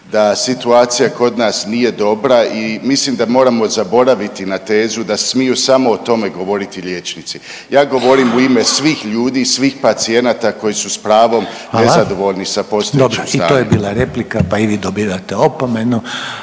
da situacija kod nas nije dobra i mislim da moramo zaboraviti na tezu da smiju samo o tome govoriti liječnici. Ja govorim u ime svih ljudi i svih pacijenata koji su s pravom nezadovoljni .../Upadica: Hvala./... sa postojećim stanjem. **Reiner, Željko (HDZ)** Dobro. I to je bila replika pa i vi dobivate opomenu.